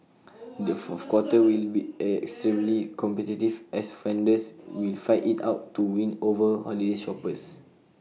the fourth quarter will be extremely competitive as vendors will fight IT out to win over holiday shoppers